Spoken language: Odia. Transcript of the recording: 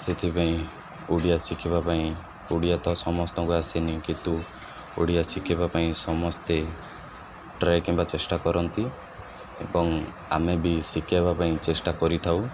ସେଥିପାଇଁ ଓଡ଼ିଆ ଶିଖିବା ପାଇଁ ଓଡ଼ିଆ ତ ସମସ୍ତଙ୍କୁ ଆସେନି କିନ୍ତୁ ଓଡ଼ିଆ ଶିଖିବା ପାଇଁ ସମସ୍ତେ ଟ୍ରାଏ କିମ୍ବା ଚେଷ୍ଟା କରନ୍ତି ଏବଂ ଆମେ ବି ଶିଖାଇବା ପାଇଁ ଚେଷ୍ଟା କରିଥାଉ